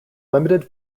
limited